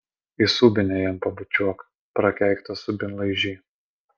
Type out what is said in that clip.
į subinę jam pabučiuok prakeiktas subinlaižy